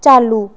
चाल्लू